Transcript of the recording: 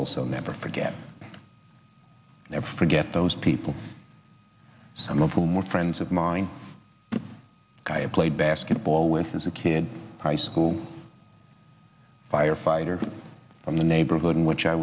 also never forget never forget those people some of whom are friends of mine gaia played basketball with as a kid high school firefighter from the neighborhood in which i